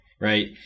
right